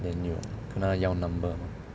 then 有跟她要 number mah